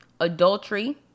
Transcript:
Adultery